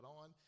on